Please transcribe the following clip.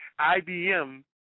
IBM